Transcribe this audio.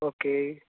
okay